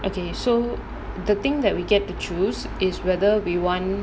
okay so the thing that we get to choose is whether we want